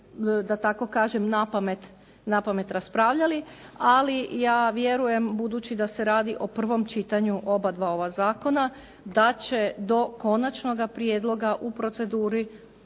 da tako kažem na pamet raspravljali, ali ja vjerujem budući da se radi o prvom čitanju oba dva ova zakona da će do konačnoga prijedloga u proceduri